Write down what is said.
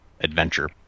adventure